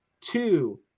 two